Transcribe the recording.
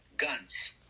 Guns